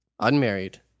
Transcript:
Unmarried